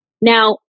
Now